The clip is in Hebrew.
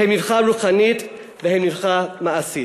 הן מבחינה רוחנית והן מבחינה מעשית.